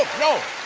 no.